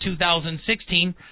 2016